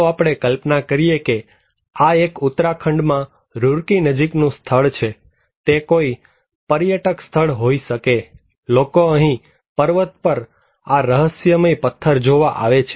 ચાલો આપણે કલ્પના કરીએ કે આ એક ઉત્તરાખંડમાં રૂરકી નજીકનું એક સ્થળ છે તે કોઈ પર્યટક સ્થળ હોઈ શકે છે લોકો અહીં પર્વત પર આ રહસ્યમય પથ્થર જોવા આવે છે